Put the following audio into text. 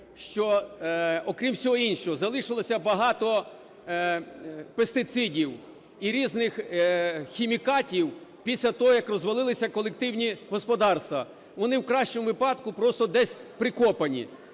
що… Окрім всього іншого, залишилося багато пестицидів і різних хімікатів після того, як розвалилися колективні господарства. Вони в кращому випадку просто десь прикопані.